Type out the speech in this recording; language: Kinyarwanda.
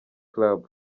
club